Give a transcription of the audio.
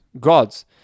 gods